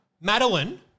Madeline